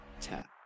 tap